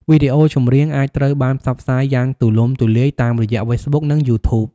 វីដេអូចម្រៀង អាចត្រូវបានផ្សព្វផ្សាយយ៉ាងទូលំទូលាយតាមរយៈ ហ្វេសបុក និងយូធូប។